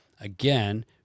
Again